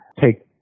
take